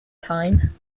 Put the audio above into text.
time